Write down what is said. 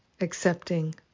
Accepting